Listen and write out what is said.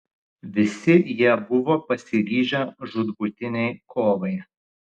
visi jie buvo pasiryžę žūtbūtinei kovai